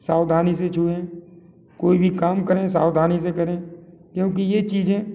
सावधानी से छूएँ कोई भी काम करें सावधानी से करें क्योंकि यह चीजें